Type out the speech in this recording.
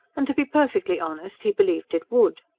and to be perfectly honest, he believed it would.